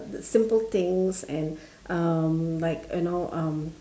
simple things and um like you know um